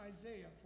Isaiah